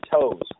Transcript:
toes